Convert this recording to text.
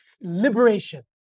liberation